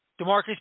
Demarcus